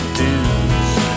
dues